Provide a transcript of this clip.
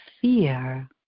fear